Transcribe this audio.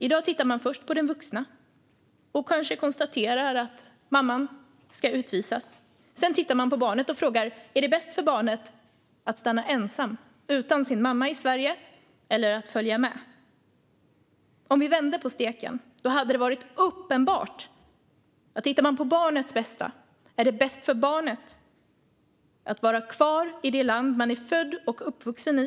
I dag tittar man först på den vuxna och kanske konstaterar att mamman ska utvisas. Sedan tittar man på barnet och frågar: Är det bäst för barnet att stanna ensam utan sin mamma i Sverige eller att följa med? Om vi vänder på steken och tittar på barnets bästa hade det varit uppenbart att det bästa för barnet är att vara kvar i det land som man är född och uppvuxen i.